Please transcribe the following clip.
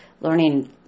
learning